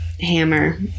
hammer